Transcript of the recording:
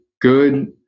good –